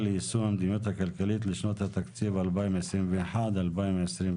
ליישום המדיניות הכלכלית לשנות התקציב 2021 ו-2022),